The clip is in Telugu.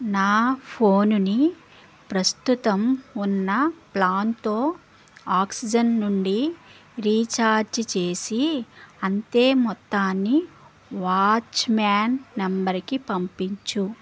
నా ఫోనుని ప్రస్తుతం ఉన్న ప్లాన్తో ఆక్సిజెన్ నుండి రీఛార్జి చేసి అంతే మొత్తాన్ని వాచ్మ్యాన్ నంబరుకి పంపించు